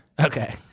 Okay